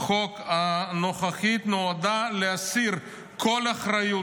החוק הנוכחית נועדה להסיר כל אחריות